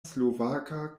slovaka